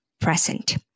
present